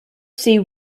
see